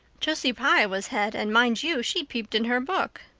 josie pye was head and, mind you, she peeped in her book.